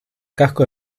casco